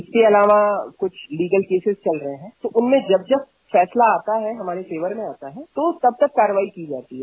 इसके अलावा कुछ लीगल केसेज चल रहे हैं उनमें जब जब फैसला आता है हमारे फेवर में आता है तब तक कार्रवाई की जाती है